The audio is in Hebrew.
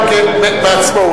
תשאל אותם.